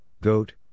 goat